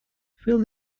fill